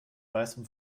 weißem